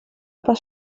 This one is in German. aber